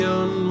on